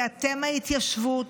כי אתם ההתיישבות,